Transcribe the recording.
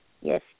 Yes